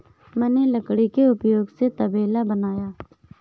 मैंने लकड़ी के उपयोग से तबेला बनाया